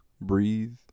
breathe